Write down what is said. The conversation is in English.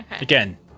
Again